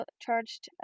charged